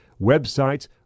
websites